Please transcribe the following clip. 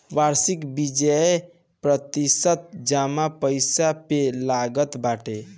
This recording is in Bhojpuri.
वार्षिक बियाज प्रतिशत जमा पईसा पे लागत बाटे